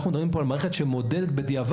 אנחנו מדברים פה על מערכת שמודדת בדיעבד,